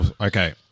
Okay